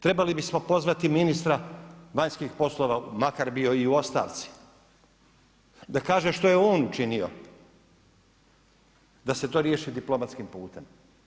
Trebali bismo pozvati ministra vanjskih poslova makar bio i u ostavci da kaže šta je on učinio da se to riješi diplomatskim putem.